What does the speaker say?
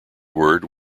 word